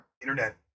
internet